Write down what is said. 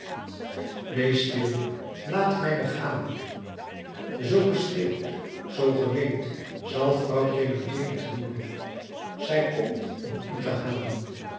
wees stil laat mij begaan zoo ge schreeuwt zoo ge weent zal vrouw thénardier t hooren zij komt om u te halen